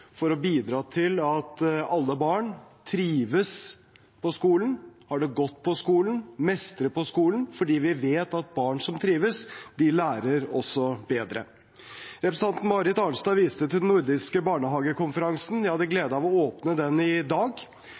for å bidra til at alle barn trives på skolen, har det godt på skolen, mestrer på skolen, for vi vet at barn som trives, lærer også bedre. Representanten Marit Arnstad viste til den nordiske barnehagekonferansen. Jeg hadde gleden av å åpne den i dag.